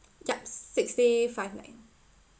yup six day five night